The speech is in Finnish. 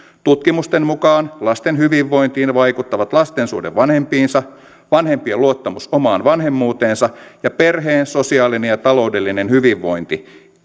tutkimusten mukaan lasten hyvinvointiin vaikuttavat lasten suhde vanhempiinsa vanhempien luottamus omaan vanhemmuuteensa ja perheen sosiaalinen ja taloudellinen hyvinvointi